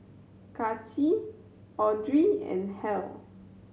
Kaci Audrey and Hal